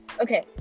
okay